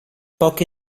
poche